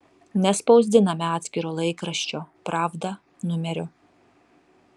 nespausdiname atskiro laikraščio pravda numerio